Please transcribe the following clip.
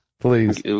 Please